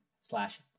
slash